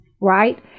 right